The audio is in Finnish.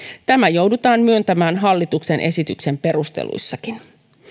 tämä joudutaan myöntämään hallituksen esityksen perusteluissakin